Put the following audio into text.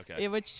okay